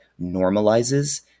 normalizes